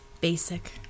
Basic